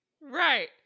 Right